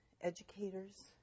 educators